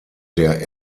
der